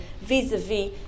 vis-a-vis